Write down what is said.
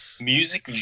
music